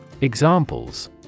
Examples